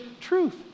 truth